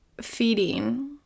feeding